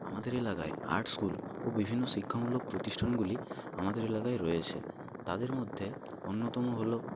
আমাদের এলাকায় art school ও বিভিন্ন শিক্ষামূলক প্রতিষ্ঠানগুলি আমাদের এলাকায় রয়েছে তাদের মধ্যে অন্যতম হল